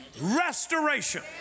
restoration